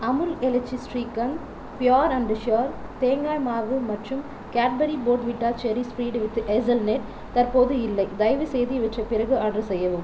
Amul elaichi shrikhand pure and sure தேங்காய் மாவு மற்றும் Cadbury Bournvita cherry spread with hazelnut தற்போது இல்லை தயவுசெய்து இவற்றை பிறகு ஆர்டர் செய்யவும்